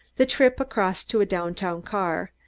the trip across to a downtown car,